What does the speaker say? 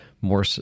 more